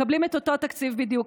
מקבלים את אותו תקציב בדיוק,